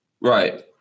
Right